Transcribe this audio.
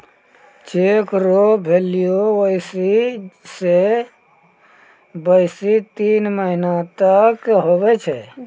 cheque रो value बेसी से बेसी तीन महीना तक हुवै छै